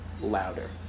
louder